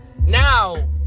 Now